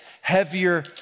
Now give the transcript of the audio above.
heavier